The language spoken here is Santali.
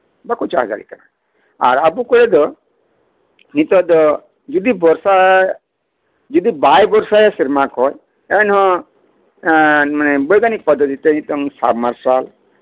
ᱵᱟᱠᱚ ᱪᱟᱥ ᱫᱟᱲᱮᱭᱟᱜ ᱠᱟᱱᱟ ᱟᱨ ᱟᱵᱚ ᱠᱚᱨᱮᱫ ᱫᱚ ᱱᱤᱛᱚᱜ ᱫᱚ ᱡᱩᱫᱤ ᱵᱚᱨᱥᱟᱭᱟ ᱡᱩᱫᱤ ᱵᱟᱭ ᱵᱚᱨᱥᱟᱭᱟ ᱥᱮᱨᱢᱟ ᱠᱷᱚᱱ ᱮᱱᱦᱚᱸ ᱵᱳᱭᱜᱟᱱᱤᱠ ᱯᱚᱫᱫᱷᱚᱛᱤ ᱛᱮ ᱱᱤᱛᱚᱝ ᱥᱟᱵ ᱢᱟᱨᱥᱟᱞ